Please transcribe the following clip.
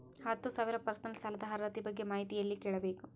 ಹತ್ತು ಸಾವಿರ ಪರ್ಸನಲ್ ಸಾಲದ ಅರ್ಹತಿ ಬಗ್ಗೆ ಮಾಹಿತಿ ಎಲ್ಲ ಕೇಳಬೇಕು?